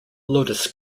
lotus